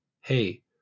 hey